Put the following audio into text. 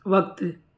वक़्तु